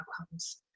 outcomes